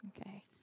Okay